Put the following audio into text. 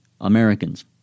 Americans